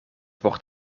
wordt